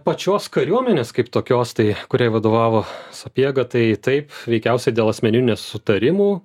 pačios kariuomenės kaip tokios tai kuriai vadovavo sapiega tai taip veikiausiai dėl asmeninių nesutarimų